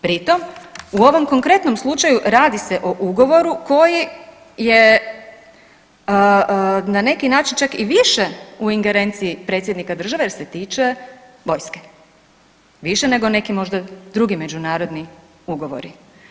Pri tom u ovom konkretnom slučaju radi se o ugovoru koji je na neki način čak i više u ingerenciji predsjednika države jer se tiče vojske, više nego neki možda drugi međunarodni ugovori.